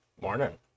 Morning